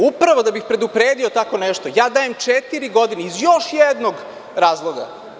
Upravo da bih predupredio tako nešto, ja dajem četiri godine iz još jednog razloga.